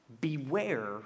Beware